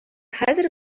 хәзер